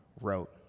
wrote